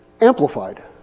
amplified